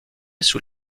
sous